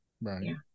Right